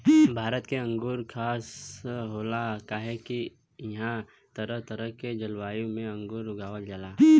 भारत के अंगूर खास होला काहे से की इहां तरह तरह के जलवायु में अंगूर उगावल जाला